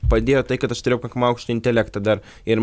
padėjo tai kad aš turėjau pakankamai aukštą intelektą dar ir